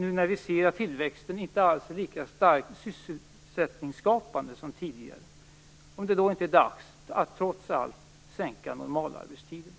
Nu när vi ser att tillväxten inte alls är lika starkt sysselsättningsskapande som tidigare måste jag fråga finansministern om det inte är dags att trots allt sänka normalarbetstiden.